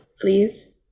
please